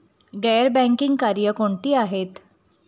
गैर बँकिंग कार्य कोणती आहेत?